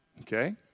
Okay